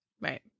right